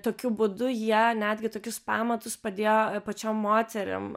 tokiu būdu jie netgi tokius pamatus padėjo pačiom moterim